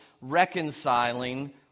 reconciling